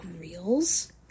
reels